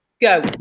go